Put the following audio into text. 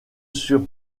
sur